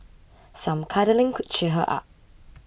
some cuddling could cheer her up